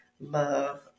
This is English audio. love